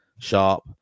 Sharp